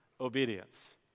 obedience